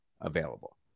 available